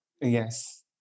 Yes